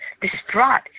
distraught